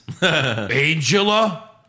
Angela